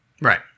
Right